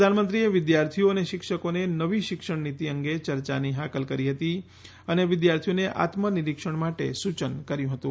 પ્રધાનમંત્રીએ વિદ્યાર્થીઓ અને શિક્ષકોને નવી શિક્ષણનિતિ અંગે ચર્ચાની હાકલ કરી હતી અને વિદ્યાર્થીઓને આત્મનિરિક્ષણ માટે યૂચન કર્યું હતુ